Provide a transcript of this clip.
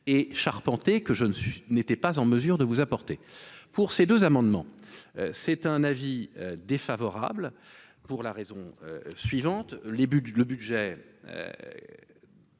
et charpentée que je ne suis n'était pas en mesure de vous apporter pour ces 2 amendements, c'est un avis défavorable pour la raison suivante les buts,